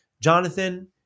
Jonathan